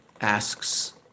asks